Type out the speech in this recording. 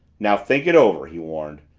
now think it over! he warned.